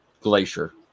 Glacier